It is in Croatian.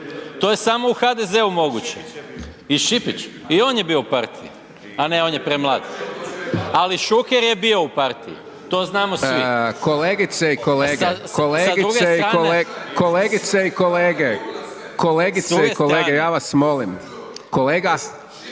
To je samo u HDZ-u moguće. I Šipić i on je bio u partiji. A ne on je premlad, ali Šuker je bio u partiji to znamo svi. **Hajdaš Dončić, Siniša